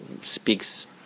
speaks